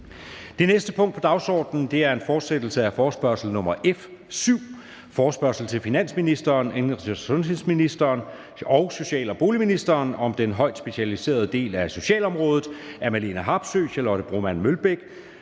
Det næste punkt på dagsordenen er: 2) Fortsættelse af forespørgsel nr. F 7 [afstemning]: Forespørgsel til finansministeren, indenrigs- og sundhedsministeren og social- og boligministeren om den højt specialiserede del af socialområdet.